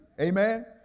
Amen